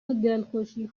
دلخوشی